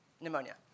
Pneumonia